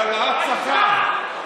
על העלאת שכר.